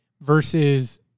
versus